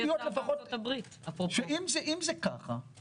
אם זה ככה,